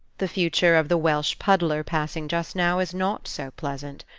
the future of the welsh puddler passing just now is not so pleasant.